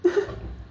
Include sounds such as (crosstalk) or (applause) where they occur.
(laughs)